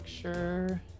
sure